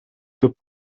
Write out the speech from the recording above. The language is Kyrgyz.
деп